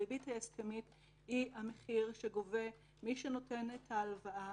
הריבית ההסכמית היא המחיר שגובה מי שנותן את ההלוואה.